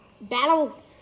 Battle